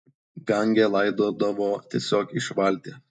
gange laidodavo tiesiog iš valties